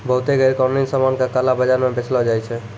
बहुते गैरकानूनी सामान का काला बाजार म बेचलो जाय छै